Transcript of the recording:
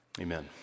Amen